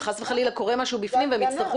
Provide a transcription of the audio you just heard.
אם חס וחלילה קורה משהו בפנים והם יצטרכו